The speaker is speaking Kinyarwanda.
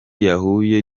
yahuye